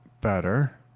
better